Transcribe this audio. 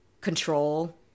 control